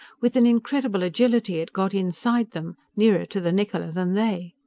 with an incredible agility it got inside them, nearer to the niccola than they.